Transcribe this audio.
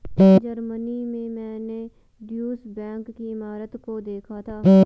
Germany में मैंने Deutsche bank की इमारत को देखा था